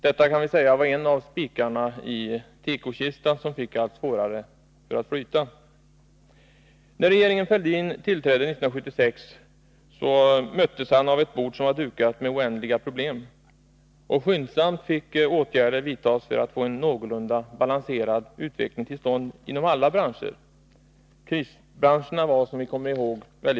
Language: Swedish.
Detta var en av spikarna i tekokistan, som fick allt svårare att flyta. När regeringen Fälldin tillträdde 1976 möttes den av ett bord som var dukat med oändliga problem. Skyndsamt fick åtgärder vidtas för att man skulle få en någorlunda balanserad utveckling till stånd inom alla branscher. Krisbranscherna var många, som vi kommer ihåg.